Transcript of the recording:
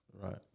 right